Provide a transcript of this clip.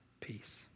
peace